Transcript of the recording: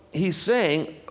he's saying,